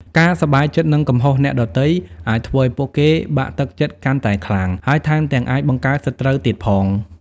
ការសប្បាយចិត្តនឹងកំហុសអ្នកដទៃ អាចធ្វើឱ្យពួកគេបាក់ទឹកចិត្តកាន់តែខ្លាំង ហើយថែមទាំងអាចបង្កើតសត្រូវទៀតផង។